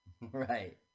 right